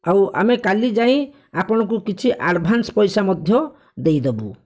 ଆଉ ଆମେ କାଲି ଯାଇ ଆପଣଙ୍କୁ କିଛି ଆଡ଼ଭାନ୍ସ ପଇସା ମଧ୍ୟ ଦେଇଦେବୁ